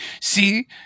see